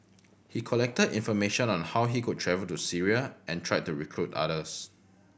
he collected information on how he could travel to Syria and tried to recruit others